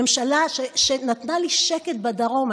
ממשלה שנתנה לי שקט בדרום.